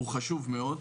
הוא חשוב מאוד.